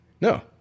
No